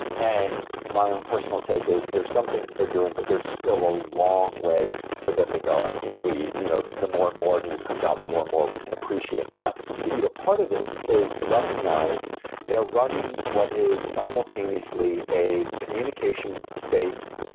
and my own personal take is there's some things that they're doing, but they're still a long way for them to go. and i think you know the more and more news comes out, the more and more we can appreciate that that you know part of this is to recognize they're running what is simultaneously a communication space,